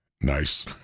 Nice